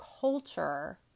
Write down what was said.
culture